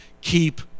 keep